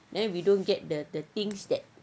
then we don't get get the things that